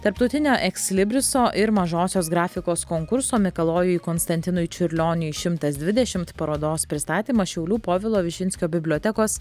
tarptautinio ekslibriso ir mažosios grafikos konkurso mikalojui konstantinui čiurlioniui šimtas dvidešimt parodos pristatymas šiaulių povilo višinskio bibliotekos